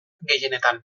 gehienetan